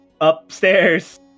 upstairs